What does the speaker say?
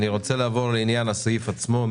אני רוצה לעבור לסעיף שעל סדר היום.